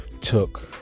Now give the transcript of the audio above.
took